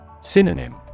Synonym